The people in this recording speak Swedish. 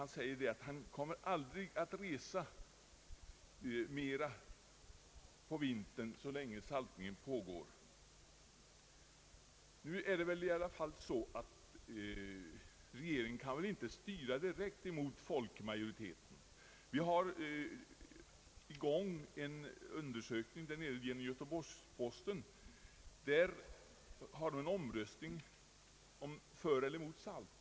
Han sade emellertid att han aldrig kommer att resa mer på vintern så länge saltningen pågår. Nu är det väl i alla fall så att regeringen inte kan styra direkt emot folkmajoriteten. Göteborgs-Posten har gjort en undersökning med omröstning ”för eller emot” salt.